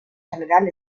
general